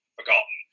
forgotten